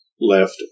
left